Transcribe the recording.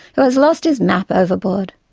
who has lost his map overboard.